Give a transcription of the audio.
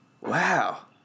Wow